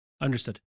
Understood